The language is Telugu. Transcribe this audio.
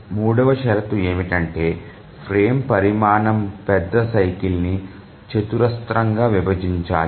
మూడవ షరతు ఏమిటంటే ఫ్రేమ్ పరిమాణం పెద్ద సైకిల్ ని చతురస్రంగా విభజించాలి